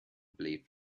believed